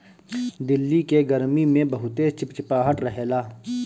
दिल्ली के गरमी में बहुते चिपचिपाहट रहेला